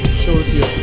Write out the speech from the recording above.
shows you